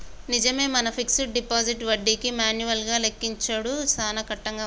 నిజమే మన fixed deposit వడ్డీకి మాన్యువల్ గా లెక్కించుడు సాన కట్టంగా ఉంది